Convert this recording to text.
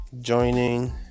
joining